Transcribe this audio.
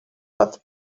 what